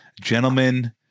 gentlemen